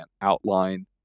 outline